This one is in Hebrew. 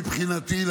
מבחינתי,